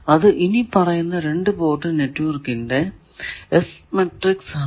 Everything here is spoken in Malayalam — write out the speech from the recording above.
അത് ഇനി പറയുന്ന 2 പോർട്ട് നെറ്റ്വർക്കിന്റെ S മാട്രിക്സ് ആണ്